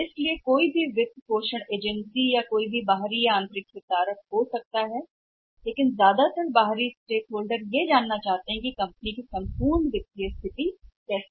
तो इसका मतलब है किसी भी फंडिंग एजेंसी या कोई भी बाहरी हितधारक हो सकता है कि आंतरिक भी लेकिन बाहरी हितधारकों के साथ बड़े पता कर सकते हैं कि कंपनी का समग्र वित्तीय स्वास्थ्य क्या है